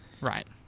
Right